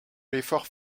l’effort